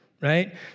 right